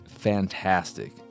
fantastic